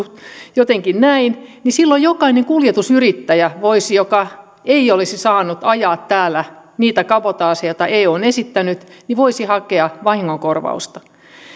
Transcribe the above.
jotenkin näin niin silloin jokainen kuljetusyrittäjä joka ei olisi saanut ajaa täällä niitä kabotaaseja joita eu on esittänyt voisi hakea vahingonkorvausta